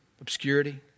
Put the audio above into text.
Obscurity